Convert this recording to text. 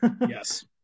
yes